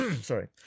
sorry